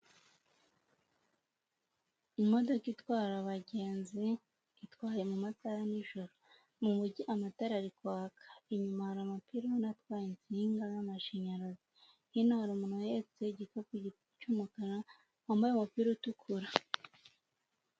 Imodoka itwara abagenzi, itwaye mu masaha ya nijoro, mu mujyi amatara ari kwaka, inyuma hari amapiloni atwara insinga z'amashanyarazi, hino hari umuntu uhetse igikapu cy'umukara wambaye umupira utukura.